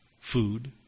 food